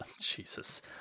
jesus